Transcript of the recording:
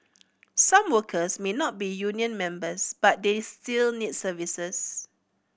some workers may not be union members but they still need services